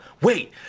wait